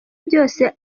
byose